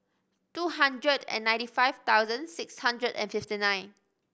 two hundred and ninety five thousand six hundred and fifty nine